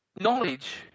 Knowledge